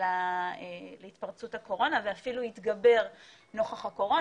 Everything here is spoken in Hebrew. להתפרצות הקורונה ואפילו התגבר נוכח הקורונה.